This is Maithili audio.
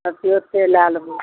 सबचीज ओतहि लए लेबै